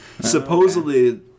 Supposedly